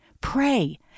pray